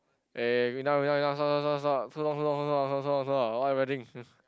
eh wait now wait now wait not stop stop stop stop so long so long so long so long